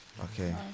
Okay